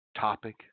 topic